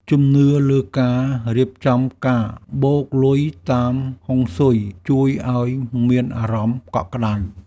ជំនឿលើការរៀបចំកាបូបលុយតាមហុងស៊ុយ ជួយឱ្យមានអារម្មណ៍កក់ក្ដៅ។